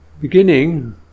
beginning